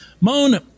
Moan